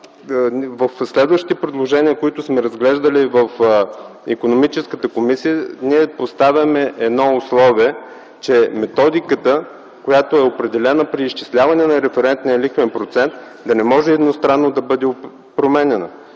в следващите предложения, които сме разглеждали в Икономическата комисия, ние поставяме едно условие - методиката, определена при изчисляване на рефернтния лихвен процент, да не може едностранно да бъде променяна.